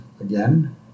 again